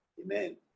Amen